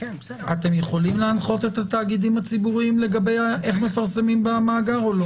אתם יכולים להנחות את התאגידים הציבוריים לגבי איך מפרסמים במאגר או לא?